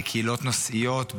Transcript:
בקהילות נושאיות,